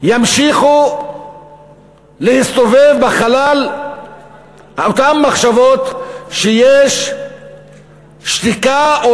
ימשיכו להסתובב בחלל אותן מחשבות שיש שתיקה או